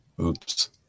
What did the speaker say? Oops